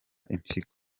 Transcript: impyiko